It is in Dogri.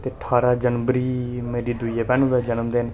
ठारां जनवरी मेरी दूइयें भैनू दा जन्मदिन